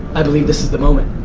i believe this is the moment.